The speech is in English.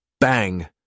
Bang